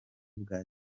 bwa